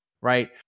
right